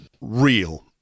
real